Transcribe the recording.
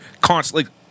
constantly